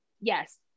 Yes